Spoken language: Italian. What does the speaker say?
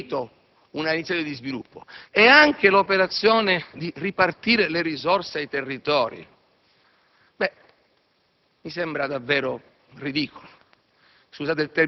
sarà impedita un'iniezione di sviluppo. Anche l'operazione di ripartire le risorse ai territori mi sembra davvero ridicola